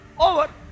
over